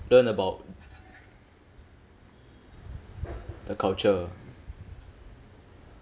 learn about the culture